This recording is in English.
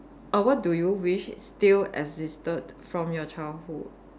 err what do you wish still existed from your childhood